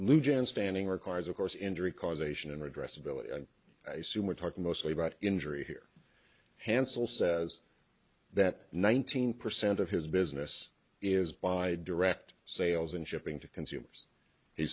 legion standing requires of course injury causation addressability i assume we're talking mostly about injury here hansell says that nineteen percent of his business is by direct sales and shipping to consumers he